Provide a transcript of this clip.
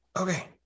okay